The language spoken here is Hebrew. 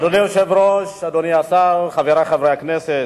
אדוני היושב-ראש, אדוני השר, חברי חברי הכנסת,